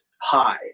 high